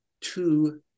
two